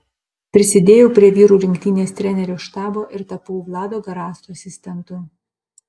prisidėjau prie vyrų rinktinės trenerių štabo ir tapau vlado garasto asistentu